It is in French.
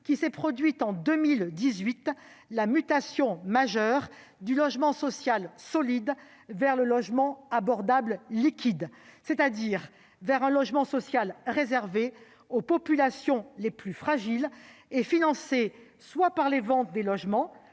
qui s'est produite en 2018 :« la mutation majeure du logement social solide vers le logement abordable liquide », c'est-à-dire un logement social réservé aux populations les plus fragiles et financé, soit par les ventes de logements,